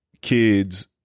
Kids